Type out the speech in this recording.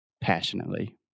passionately